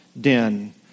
den